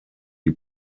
die